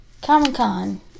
Comic-Con